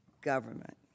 government